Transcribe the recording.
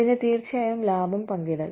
പിന്നെ തീർച്ചയായും ലാഭം പങ്കിടൽ